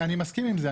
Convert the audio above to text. אני מסכים עם זה.